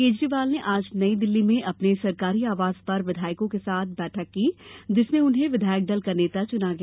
केजरीवाल ने आज नई दिल्ली में अपने सरकारी आवास पर विधायकों के साथ बैठक की जिसमें उन्हें विधायक दल का नेता चुना गया